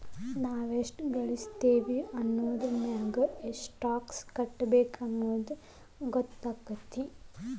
ನಾವ್ ಎಷ್ಟ ಗಳಸ್ತೇವಿ ಅನ್ನೋದರಮ್ಯಾಗ ಎಷ್ಟ್ ಟ್ಯಾಕ್ಸ್ ಕಟ್ಟಬೇಕ್ ಅನ್ನೊದ್ ಗೊತ್ತಾಗತ್ತ